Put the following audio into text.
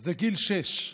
זה גיל שש.